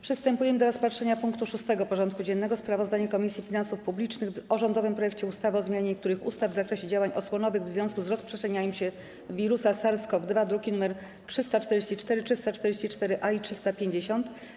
Przystępujemy do rozpatrzenia punktu 6. porządku dziennego: Sprawozdanie Komisji Finansów Publicznych o rządowym projekcie ustawy o zmianie niektórych ustaw w zakresie działań osłonowych w związku z rozprzestrzenianiem się wirusa SARS-CoV-2 (druki nr 344, 344-A i 350)